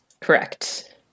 Correct